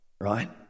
right